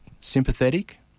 sympathetic